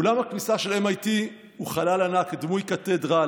אולם הכניסה של MIT הוא חלל ענק דמוי קתדרלה,